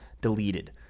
deleted